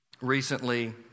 recently